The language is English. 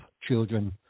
children